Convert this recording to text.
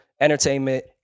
entertainment